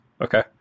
Okay